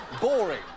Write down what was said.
boring